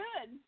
good